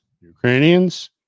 Ukrainians